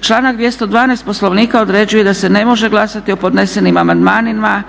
Članak 212. Poslovnika određuje da se ne može glasati o podnesenim amandmanima